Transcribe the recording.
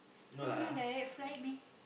but not direct flight meh